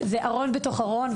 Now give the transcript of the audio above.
זהו ארון בתוך ארון,